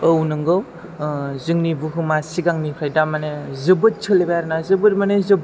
औ नोंगौ जोंनि बुहुमा सिगांनिफ्राय दा माने जोबोद सोलायबाय आरो ना जोबोद माने जोबोद